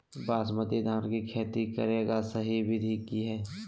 बासमती धान के खेती करेगा सही विधि की हय?